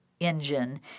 engine